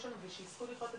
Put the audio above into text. כי זה לא ישתלם לאף אחד.